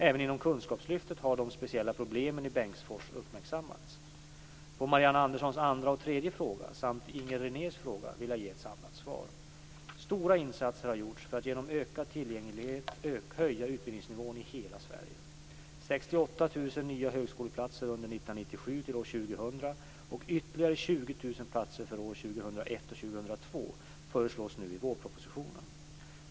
Även inom kunskapslyftet har de speciella problemen i På Marianne Anderssons andra och tredje fråga, samt Inger Renés fråga, vill jag ge ett samlat svar. Stora insatser har gjorts för att genom ökad tillgänglighet höja utbildningsnivån i hela Sverige. 68 000 20 000 platser för 2001-2002 föreslås nu i vårpropositionen.